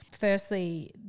Firstly